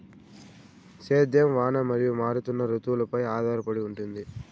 సేద్యం వాన మరియు మారుతున్న రుతువులపై ఆధారపడి ఉంటుంది